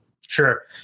Sure